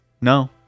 no